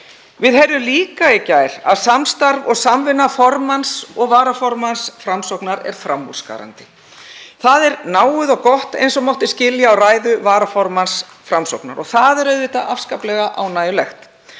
Við heyrðum líka í gær að samstarf og samvinna formanns og varaformanns Framsóknar sé framúrskarandi. Það er náið og gott eins og mátti skilja á ræðu varaformanns Framsóknarflokksins. Það er auðvitað afskaplega ánægjulegt.